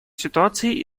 ситуаций